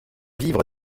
vivre